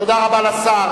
תודה רבה לשר.